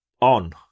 on